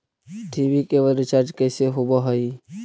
TV cable recharge कैसे होब हइ?